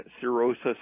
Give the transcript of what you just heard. cirrhosis